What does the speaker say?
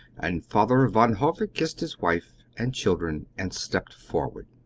and father van hove kissed his wife and children and stepped forward.